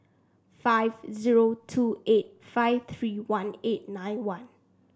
five zero two eight five three one eight nine one